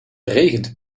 regent